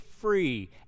free